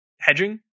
hedging